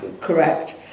correct